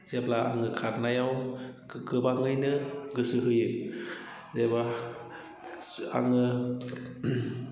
जेब्ला आङो खारनायाव गोबाङैनो गोसो होयो एबा आङो